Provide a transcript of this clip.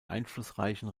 einflussreichen